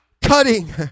Cutting